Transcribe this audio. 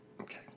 Okay